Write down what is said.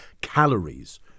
calories